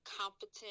competent